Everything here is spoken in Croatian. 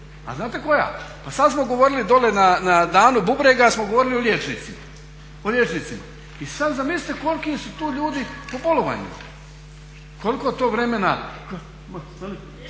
a znate koja? Pa sad smo govorili dolje na Danu bubrega smo govorili o liječnicima. I sad zamislite koliki su to ljudi po bolovanjima, koliko to vremena